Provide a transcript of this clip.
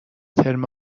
ترم